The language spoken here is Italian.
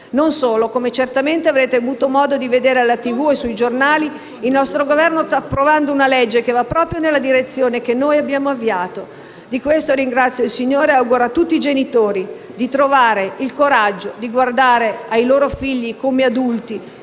Non solo. Come certamente avrete avuto modo di vedere alla TV o sui giornali il nostro Governo sta approvando una legge che va proprio nella direzione che noi abbiamo avviato. Di questo ringrazio il Signore e auguro a tutti i genitori di trovare il coraggio di guardare ai loro figli come adulti,